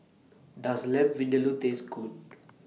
Does Lamb Vindaloo Taste Good